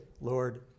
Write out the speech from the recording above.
Lord